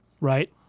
Right